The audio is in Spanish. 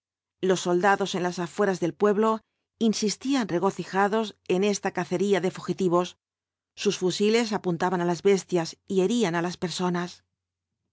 los soldados en las afueras del pueblo insistían regocijados en esta cacería de fugitivos sus fusiles apuntaban á las bestias y herían á las personas